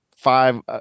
five